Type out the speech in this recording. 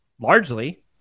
Largely